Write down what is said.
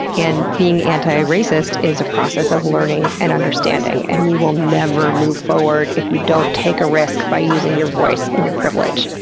and being antiracist is a process of learning and understanding, and we will never move forward if you don't take a risk by using your voice and your privilege.